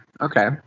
Okay